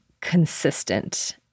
consistent